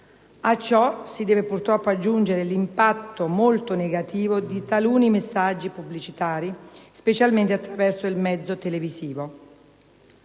a ciò si deve purtroppo aggiungere l'impatto molto negativo di taluni messaggi pubblicitari specialmente attraverso il mezzo televisivo.